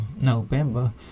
November